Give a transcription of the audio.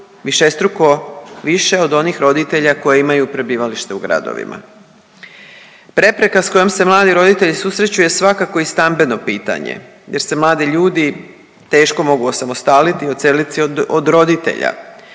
višestruko više od onih roditelja koji imaju prebivalište u gradovima. Prepreka s kojim se mladi roditelji susreću je svakako i stambeno pitanje jer se mladi ljudi teško mogu osamostaliti i odseliti se od roditelja.